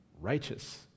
righteous